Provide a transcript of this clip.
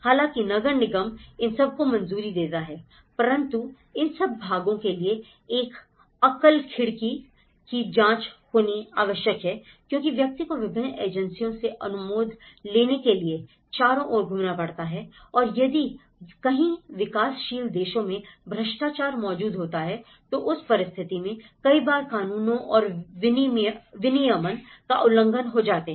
हालांकि नगर निगम इन सब की मंजूरी देता है परंतु इन सब कामों के लिए एक एकल खिड़की की जांच होना आवश्यक है क्योंकि व्यक्ति को विभिन्न एजेंसियों से अनुमोदन लेने के लिए चारों ओर घूमना पड़ता है और यदि कहीं विकासशील देशों में भ्रष्टाचार मौजूद होता है तो उस परिस्थिति में कई बार कानूनों और विनियमन का उल्लंघन हो जाता है